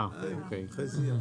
אוקי.